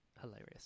hilarious